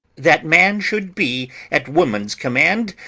that man should be at woman's command,